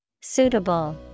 Suitable